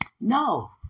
No